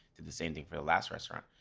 did the same thing for the last restaurant.